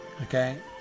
Okay